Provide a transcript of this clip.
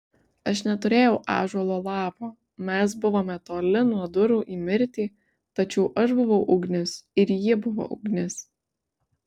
aš neturėjau ąžuolo lapo mes buvome toli nuo durų į mirtį tačiau aš buvau ugnis ir ji buvo ugnis